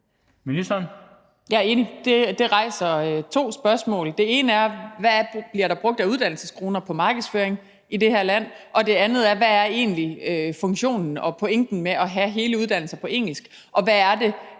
enig. Det rejser to spørgsmål. Det ene er: Hvad bliver der brugt af uddannelseskroner på markedsføring i det her land? Det andet er: Hvad er egentlig funktionen og pointen med at have hele uddannelser på engelsk, og hvad er det,